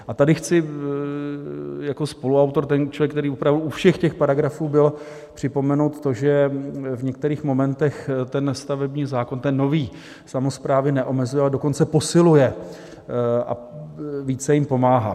A tady chci jako spoluautor, a to člověk, který opravdu u všech těch paragrafů byl, připomenout, to, že v některých momentech stavební zákon, ten nový, samosprávy neomezuje, a dokonce posiluje a více jim pomáhá.